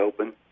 open